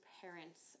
parents